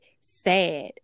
sad